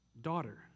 daughter